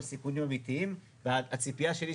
הם סיכונים אמיתיים והציפייה שלי,